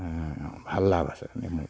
ভাল লাভ আছে নেমুত